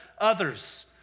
others